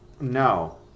no